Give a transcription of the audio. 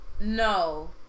No